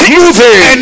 moving